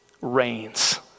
reigns